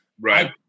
Right